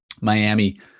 Miami